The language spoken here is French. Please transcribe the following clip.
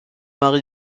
marie